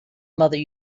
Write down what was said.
mother